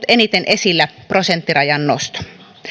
eniten esillä prosenttirajan nosto